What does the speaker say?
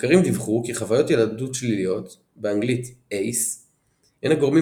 מחקרים דיווחו כי חוויות ילדות שליליות באנגלית ACE הן הגורמים